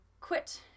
quit